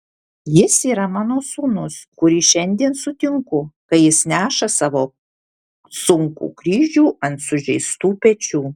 jis yra mano sūnus kurį šiandien sutinku kai jis neša savo sunkų kryžių ant sužeistų pečių